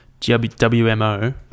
WMO